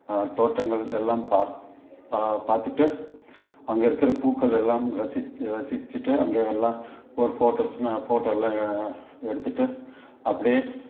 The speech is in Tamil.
தோட்டங்கள் எல்லாம் பார்த்து பார்த்துட்டு அங்கே இருக்கிற பூக்கள் எல்லாம் ரசிச்சி ரசிச்சுட்டு அங்கே எல்லாம் ஒரு ஃபோட்டோஸ்னா ஃபோட்டோல்லாம் எடுத்துட்டு அப்டியே